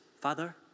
Father